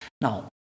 Now